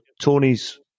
Tony's